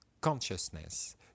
consciousness